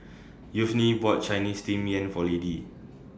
Yvonne bought Chinese Steamed Yam For Laddie